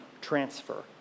transfer